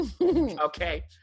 Okay